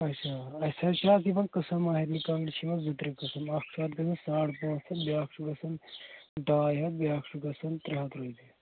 اچھا اَسہِ حظ چھِ اَتھ یِمن قٕسٕم مہرنہِ کانٛگٕرِ چھِ یِوَان زٕ ترٛےٚ قٕسٕم اَکھ چھُ اَتھ گژھان ساڑٕ پانٛژھ ہَتھ بیٛاکھ چھُ گژھان ڈاے ہَتھ بیٛاکھ چھُ گژھان ترٛےٚ ہَتھ رۄپیہِ